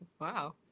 wow